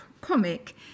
comic